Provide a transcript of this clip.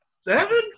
Seven